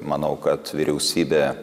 manau kad vyriausybė